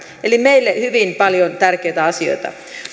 meille hyvin paljon tärkeitä asioita